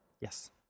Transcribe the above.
Yes